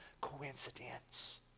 coincidence